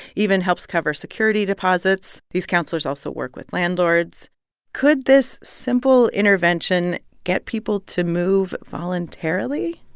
even helps cover security deposits. these counselors also work with landlords could this simple intervention get people to move voluntarily?